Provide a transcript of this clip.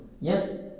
Yes